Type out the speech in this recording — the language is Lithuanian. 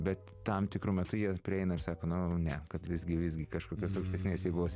bet tam tikru metu jie prieina ir sako nu ne kad visgi visgi kažkokios aukštesnės jėgos